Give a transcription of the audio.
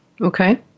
Okay